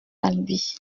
albi